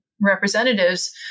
representatives